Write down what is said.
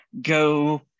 go